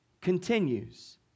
continues